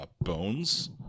Bones